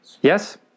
Yes